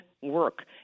work